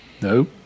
no